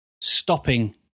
stopping